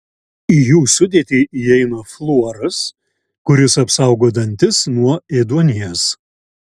į jų sudėtį įeina fluoras kuris apsaugo dantis nuo ėduonies